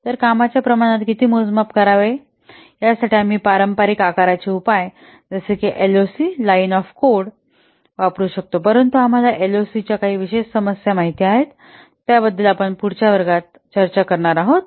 तर कामाच्या प्रमाणात किती मोजमाप करावे यासाठी आम्ही पारंपारिक आकाराचे उपाय जसे की एलओसी 'लाइन ऑफ कोड' वापरू शकतो परंतु आम्हाला एलओसी च्या काही विशेष समस्यां माहित आहे त्या बद्दल आपण पुढच्या वर्गात चर्चा करणार आहोत